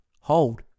Hold